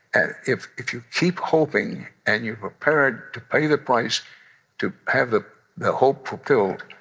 and if if you keep hoping and you're prepared to pay the price to have the the hope fulfilled,